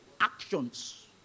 actions